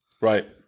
Right